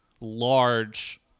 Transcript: large